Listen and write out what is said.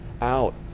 out